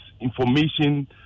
information